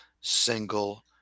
single